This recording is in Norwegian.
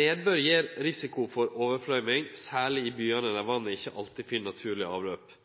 Nedbør gir risiko for overfløyming, særleg i byane, der vatnet ikkje alltid finn naturlege avløp.